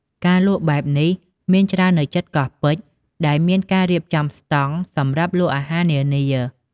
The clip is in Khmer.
ការលក់បែបនេះមានច្រើននៅជិតកោះពេជ្រ ដែលមានការរៀបចំស្តង់សម្រាប់លក់អាហារនានា។